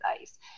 ice